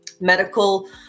medical